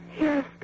Yes